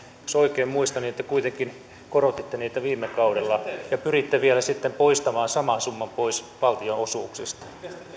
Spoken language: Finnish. jos oikein muistan niin te kuitenkin korotitte niitä viime kaudella ja pyritte vielä sitten poistamaan saman summan pois valtionosuuksista